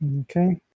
Okay